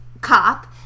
cop